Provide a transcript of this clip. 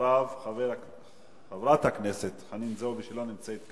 אני מקווה שהדיון ייעשה מהר מאוד.